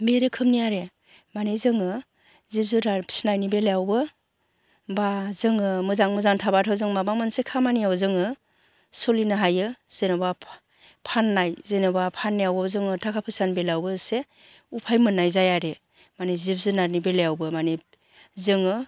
बे रोखोमनि आरो मानि जोङो जिब जुनार फिसिनायनि बेलायावबो बा जोङो मोजाङै मोजां थाबाथ' जों माबा मोनसे खामानियाव जोङो सलिनो हायो जेन'बा फान्नाय जेन'बा फान्नायावबो जोङो थाखा फैसानि बेलायावबो एसे उफाय मोन्नाय जाया आरो मानि जिब जुनारनि बेलायावबो माने जोङो